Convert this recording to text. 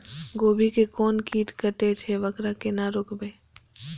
गोभी के कोन कीट कटे छे वकरा केना रोकबे?